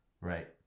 right